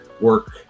work